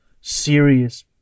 serious